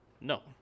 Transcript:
no